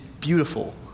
beautiful